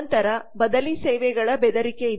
ನಂತರ ಬದಲಿ ಸೇವೆಗಳ ಬೆದರಿಕೆ ಇದೆ